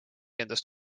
endast